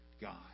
God